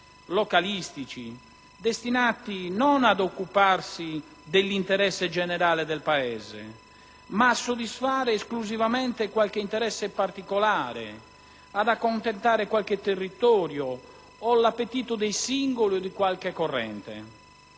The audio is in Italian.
localistici, destinati non ad occuparsi dell'interesse generale del Paese, ma a soddisfare esclusivamente qualche interesse particolare, ad accontentare qualche territorio o l'appetito dei singoli o di qualche corrente.